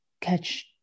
catch